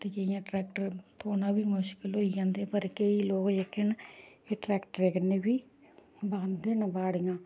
ते केईं ट्रैक्टर थ्होना बी मुश्कल होई जंदे पर केईं लोक ओह् जेह्के न एह् ट्रैक्टर कन्नै बी बांह्दे न बाड़ियां